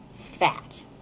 Fat